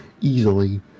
easily